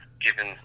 given